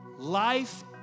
life